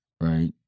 right